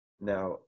Now